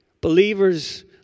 Believers